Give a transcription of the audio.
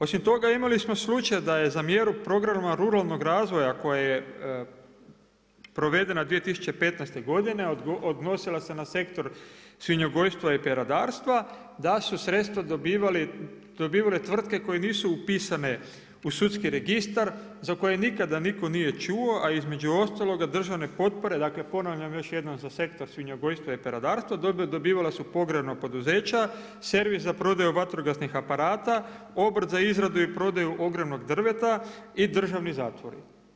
Osim toga imali smo slučaj da je za mjeru programa ruralnog razvoja koja je provedena 2015. godine, odnosila se na Sektor svinjogojstva i peradarstva, da su sredstva dobivale tvrtke koje nisu upisane u sudski registar, za koje nikada nitko nije čuo, a između ostaloga državne potpore, dakle ponavljam još za Sektor svinjogojstva i peradarstva, dobivala su pogrebna poduzeća, servis za prodaju vatrogasnih aparata, obrt za izradu i prodaju ogradnog drveta i državni zatvori.